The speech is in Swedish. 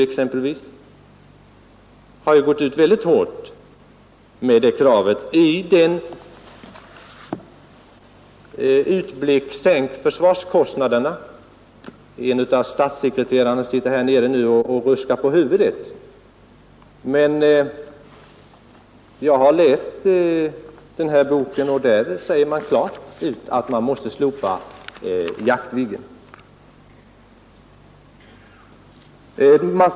Exempelvis SSU har gått ut mycket hårt med det kravet i ”Sänk försvarskostnaderna!” i serien Utblick. Jag ser att en av statssekreterarna sitter här i kammaren och ruskar på huvudet. Men i den här boken sägs det klart att man måste slopa Jaktviggen.